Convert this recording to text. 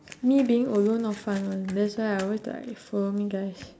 me being alone not fun one that's why I always like follow me guys